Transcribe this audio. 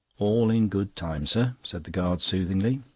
all in good time, sir, said the guard soothingly.